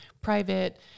private